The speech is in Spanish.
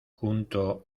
junto